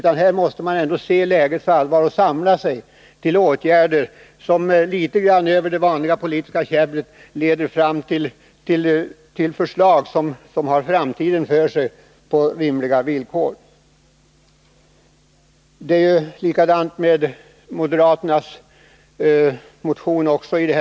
Man måste undvika det vanliga politiska käbblet och i stället se till lägets allvar och samla sig till åtgärder som leder fram till förslag som har framtiden för sig. Detsamma gäller moderaternas motion.